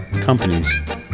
companies